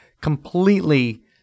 completely